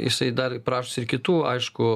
jisai dar prašosi ir kitų aišku